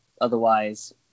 Otherwise